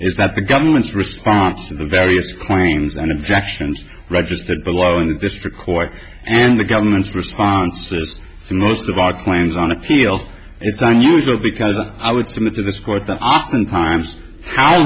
is that the government's response to the various claims and objections registered below in district court and the government's response is to most of our claims on appeal it's unusual because i would submit to this court that often times how